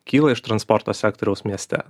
kyla iš transporto sektoriaus mieste